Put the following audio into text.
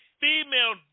female